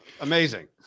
amazing